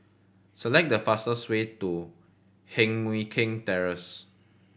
select the fastest way to Heng Mui Keng Terrace